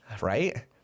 Right